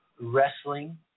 wrestling